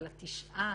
אבל תשעת